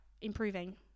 improving